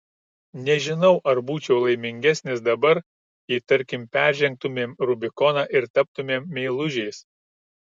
nežinau ar būčiau laimingesnis dabar jei tarkim peržengtumėm rubikoną ir taptumėm meilužiais